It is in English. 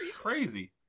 crazy